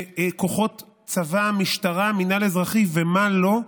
וכוחות צבא, משטרה, מינהל אזרחי ומה לא,